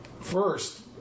First